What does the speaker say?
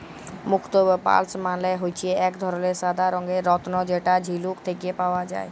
মুক্ত বা পার্লস মালে হচ্যে এক ধরলের সাদা রঙের রত্ন যেটা ঝিলুক থেক্যে পাওয়া যায়